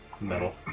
Metal